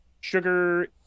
sugar